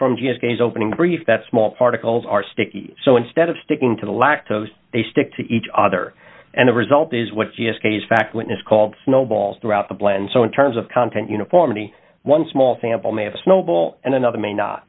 days opening brief that small particles are sticky so instead of sticking to the lactose they stick to each other and the result is what just a fact witness called snowballs throughout the blend so in terms of content uniformity one small sample may have snowball and another may not